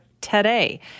today